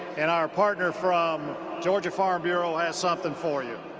and our partner from georgia farm bureau something for you.